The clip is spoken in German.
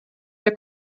wir